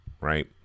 right